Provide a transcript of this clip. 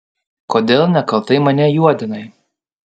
kodėl nekaltai mane juodinai